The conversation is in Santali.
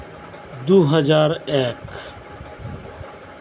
ᱫᱩ ᱦᱟᱡᱟᱨ ᱮᱠ